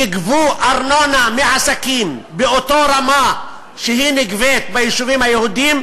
יגבו ארנונה מעסקים באותה רמה שהיא נגבית ביישובים היהודיים,